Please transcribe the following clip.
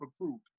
approved